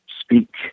speak